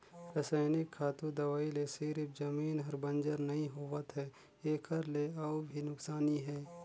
रसइनिक खातू, दवई ले सिरिफ जमीन हर बंजर नइ होवत है एखर ले अउ भी नुकसानी हे